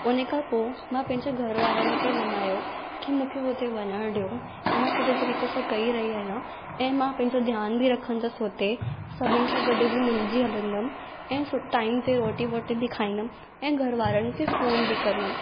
उन खां पोइ मां पंहिंजे घर वारनि खे मल्हायो कि मूंखे उते वञणु ॾियो मां सुठे तरीक़े सां कई रही आहियां ऐं मां पंहिंजो धियान बि रखंदसि हुते सभिनीनि सां गॾिजी मिलजी हलंदमि ऐं टाईम ते रोटी वोटी बि खाईंदमि ऐं घर वारनि खे फोन बि कंदमि